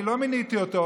אני לא מיניתי אותו.